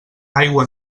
aigua